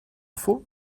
before